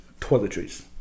toiletries